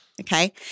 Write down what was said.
okay